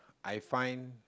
I find